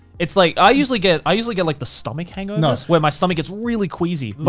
it's like i usually get, i usually get like the stomach hangovers, where my stomach gets really queasy. but